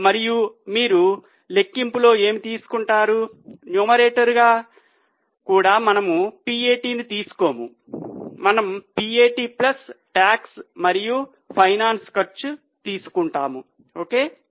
మరియు మీరు లెక్కింపులో ఏమి తీసుకుంటారు న్యూమరేటర్ కూడా మనము PAT ను తీసుకోము మనము PAT ప్లస్ టాక్స్ మరియు ఫైనాన్స్ ఖర్చు తీసుకుంటాము ok